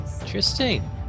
Interesting